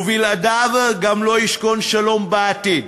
ובלעדיו גם לא ישכון שלום בעתיד,